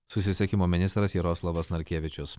susisiekimo ministras jaroslavas narkevičius